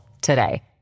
today